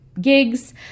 gigs